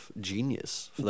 genius